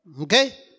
Okay